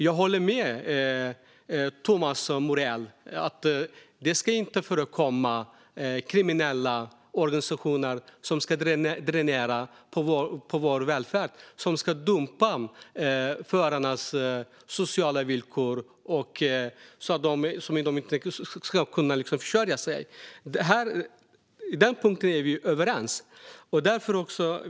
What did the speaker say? Jag håller med Thomas Morell om att kriminella organisationer inte ska dränera vår välfärd och dumpa förarnas villkor så att de inte kan försörja sig. På den punkten är vi överens.